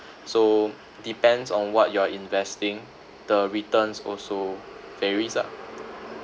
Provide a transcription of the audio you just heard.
so depends on what you are investing the returns also varies ah